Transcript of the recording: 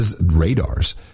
radars